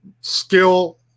skill